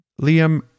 Liam